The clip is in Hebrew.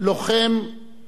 ומוביל שינוי,